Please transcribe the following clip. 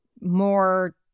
more